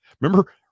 Remember